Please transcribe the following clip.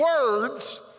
words